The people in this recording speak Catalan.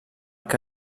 que